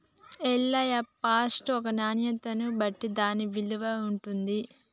Ellaiah first ఒక నాణ్యతను బట్టి దాన్న విలువ ఉంటుంది